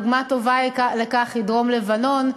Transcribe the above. דוגמה טובה לכך היא דרום-לבנון,